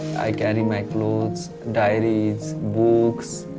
i carry my clothes, diaries, books,